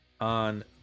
on